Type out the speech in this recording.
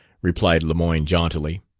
replied lemoyne jauntily,